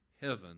heaven